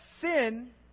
sin